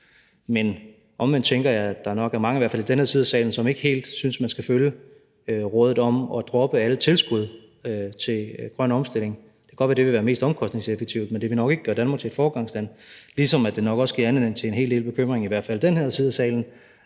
men omvendt tænker jeg, at der nok er mange, i hvert fald i den ene side af salen, som ikke helt synes, man skal følge rådet om at droppe alle tilskud til grøn omstilling. Det kan godt være, det ville være mest omkostningseffektivt, men det vil nok ikke gøre Danmark til foregangsland, ligesom det nok også giver anledning til en hel del bekymring, i hvert fald